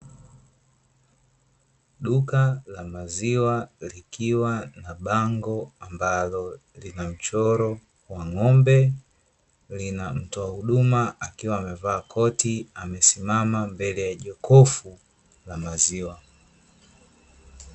Duka la maziwa, likiwa na bango ambalo limechorwa ng'ombe, linamtoa huduma akiwa amevaa koti, amesimama mbele ya jokofu la maziwa.